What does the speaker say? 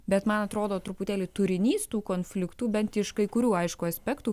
bet man atrodo truputėlį turinys tų konfliktų bent iš kai kurių aišku aspektų